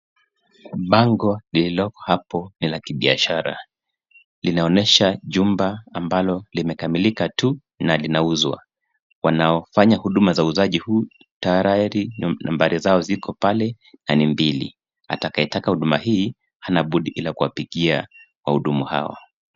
Bango lililo hapo ni la kibiashara. Linaonyesha jumba ambalo limekamilika tu, na linauzwa. Wanaofanya huduma za uuzaji huu tayari nambari zao ziko pale na ni mbili. Atakaye taka huduma hii hana budi ila kuwapigia wahuduma hawa.